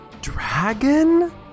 dragon